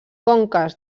conques